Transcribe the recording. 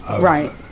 Right